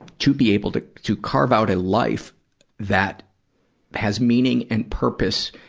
to be able to to carve out a life that has meaning and purpose,